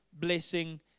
blessing